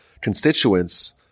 constituents